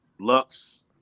Lux